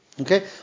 Okay